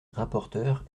rapporteur